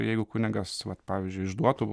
jeigu kunigas vat pavyzdžiui išduotų